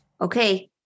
Okay